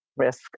risk